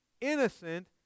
innocent